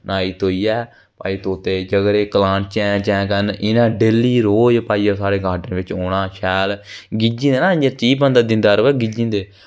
न्हाई धोइयै न्हाई धोई जेकर ऐ करलान चैं चैं करन इं'यै डेली रोज पाइयै साढ़े गार्डन बिच्च औना शैल गिज्झी गेदे ना कोई चीज बंदा दिंदा रवै गिज्झी जंदे